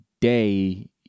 day